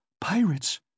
Pirates